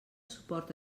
suport